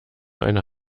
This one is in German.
eine